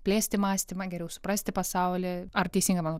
plėsti mąstymą geriau suprasti pasaulį ar teisingai mano